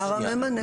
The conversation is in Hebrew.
השר הממנה.